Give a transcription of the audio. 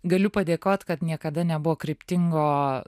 galiu padėkot kad niekada nebuvo kryptingo